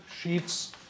sheets